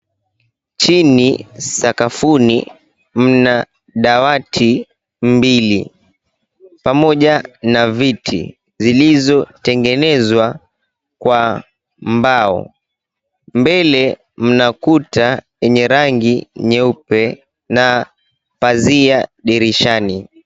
Chini sakafuni mna dawati mbili pamoja na viti zilizotengenezwa kwa mbao. Mbele mna kuta yenye rangi nyeupe na pazia dirishani.